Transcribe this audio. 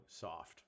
soft